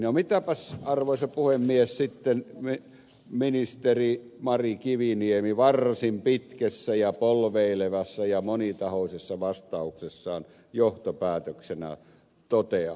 no mitäpäs arvoisa puhemies sitten ministeri mari kiviniemi varsin pitkässä ja polveilevassa ja monitahoisessa vastauksessaan johtopäätöksenään toteaa